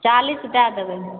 चालीस दए देबै